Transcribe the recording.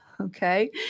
Okay